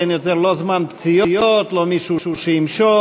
אין יותר, לא זמן פציעות, לא מישהו שימשוך,